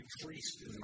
increased